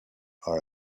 are